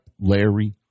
Larry